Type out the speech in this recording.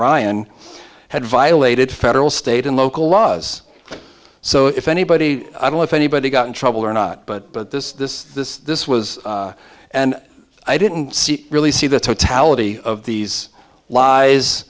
ryan had violated federal state and local laws so if anybody i don't know if anybody got in trouble or not but but this this this this was and i didn't see really see the totality of these lies